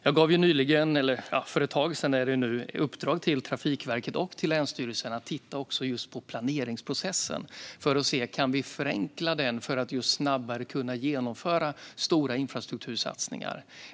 Jag gav för ett tag sedan i uppdrag till Trafikverket och länsstyrelserna att titta på planeringsprocessen för att se om vi kan förenkla den för att kunna genomföra stora infrastruktursatsningar snabbare.